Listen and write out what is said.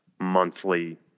monthly